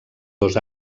dos